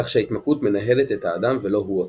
כך שההתמכרות 'מנהלת' את האדם ולא הוא אותה.